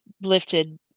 lifted